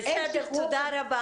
אין שחרור --- בסדר, תודה רבה.